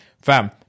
Fam